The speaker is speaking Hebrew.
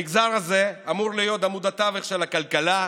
המגזר הזה אמור להיות עמוד התווך של הכלכלה,